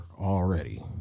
already